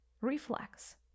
reflex